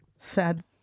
sad